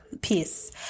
peace